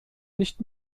nicht